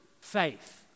faith